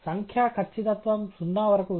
సంఖ్యా ఖచ్చితత్వం సున్నా వరకు ఉంది